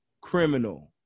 Criminal